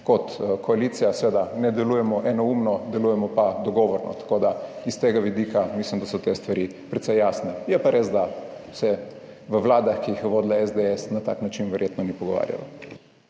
kot koalicija seveda ne delujemo enoumno, delujemo pa dogovorno. S tega vidika mislim, da so te stvari precej jasne. Je pa res, da se v vladah, ki jih je vodila SDS, na tak način verjetno ni pogovarjalo.